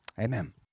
Amen